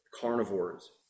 carnivores